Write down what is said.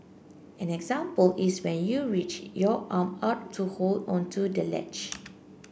an example is when you reach your arm out to hold onto the ledge